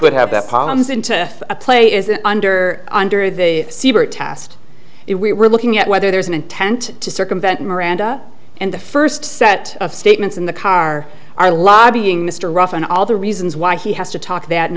could have that problems into play is that under under the siebert tast if we were looking at whether there's an intent to circumvent miranda and the first set of statements in the car are lobbying mr ruff and all the reasons why he has to talk that